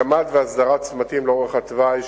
הקמה והסדרה של צמתים לאורך התוואי,